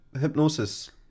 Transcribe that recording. hypnosis